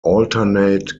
alternate